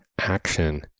action